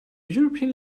european